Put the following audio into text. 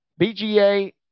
BGA